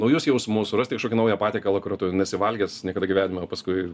naujus jausmus surasti kažkokį naują patiekalą kurio tu nesi valgęs niekada gyvenime o paskui